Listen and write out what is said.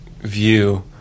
view